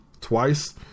twice